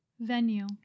Venue